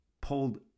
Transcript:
pulled